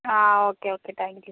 ആ okay okay thank you